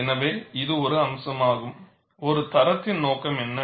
எனவே இது ஒரு அம்சமாகும் ஒரு தரத்தின் நோக்கம் என்ன